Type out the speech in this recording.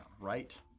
Right